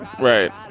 Right